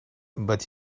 but